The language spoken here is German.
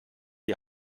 die